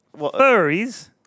furries